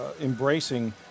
embracing